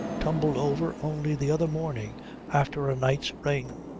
tumbled over only the other morning after a night's rain.